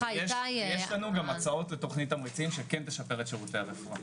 יש לנו גם הצעות לתכונית אמיצים שכן תשפר את שירותי הרפואה.